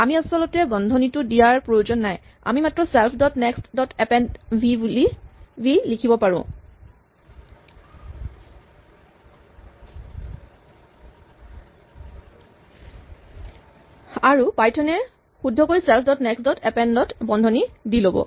আমি আচলতে বন্ধনীটো দিয়াৰ প্ৰয়োজন নাই আমি মাত্ৰ self dot next dot append v লিখিব পাৰোঁ আৰু পাইথন এ শুদ্ধকৈ self dot next dot append ত বন্ধনী দি ল'ব